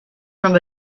from